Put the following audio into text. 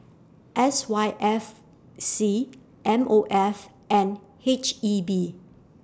S Y F C M O F and H E B